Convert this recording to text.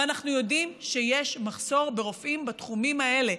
ואנחנו יודעים שיש מחסור ברופאים בתחומים האלה,